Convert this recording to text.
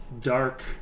dark